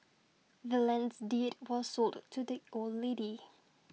the land's deed was sold to the old lady